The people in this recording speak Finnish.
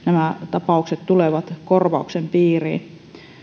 tapaukset tulevat korvauksen piiriin